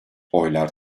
oylar